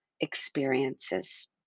experiences